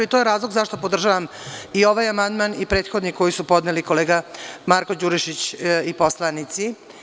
I, to je razlog zašto podržavam i ovaj amandman i prethodni koji su podneli kolega Marko Đurišić i poslanici.